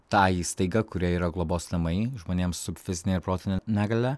tą įstaigą kurioje yra globos namai žmonėm su fizine ir protine negalia